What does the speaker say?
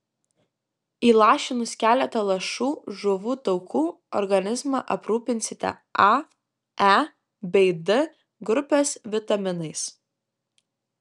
įlašinus keletą lašų žuvų taukų organizmą aprūpinsite a e bei d grupės vitaminais